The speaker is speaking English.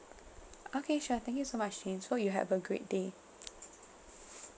okay sure thank you so much again so you have a great day